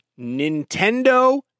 Nintendo